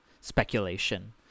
speculation